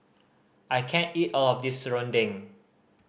I can't eat all of this serunding